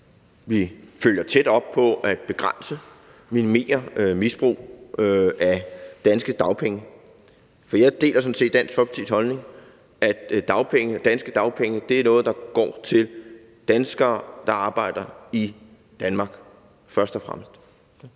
vi følger tæt op på det at begrænse, minimere, et misbrug af danske dagpenge. For jeg deler sådan set Dansk Folkepartis holdning om, at danske dagpenge først og fremmest er noget, der går til danskere, der arbejder i Danmark. Kl. 14:56 Den